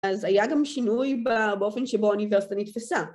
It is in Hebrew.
‫אז היה גם שינוי באופן ‫שבו האוניברסיטה נתפסה.